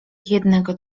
jednego